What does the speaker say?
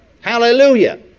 Hallelujah